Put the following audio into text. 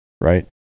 Right